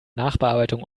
nachbearbeitung